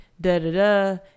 Da-da-da